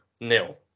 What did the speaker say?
nil